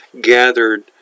gathered